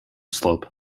slope